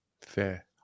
Fair